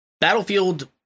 battlefield